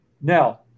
now